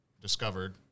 discovered